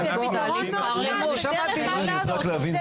אני צריך להבין,